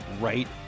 right